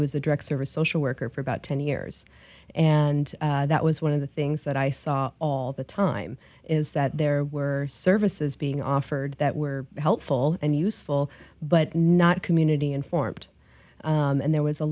was a direct service social worker for about ten years and that was one of the things that i saw all the time is that there were services being offered that were helpful and useful but not community informed and